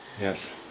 Yes